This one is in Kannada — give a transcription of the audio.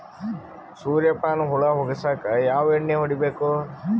ಸುರ್ಯಪಾನ ಹುಳ ಹೊಗಸಕ ಯಾವ ಎಣ್ಣೆ ಹೊಡಿಬೇಕು?